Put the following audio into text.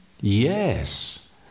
yes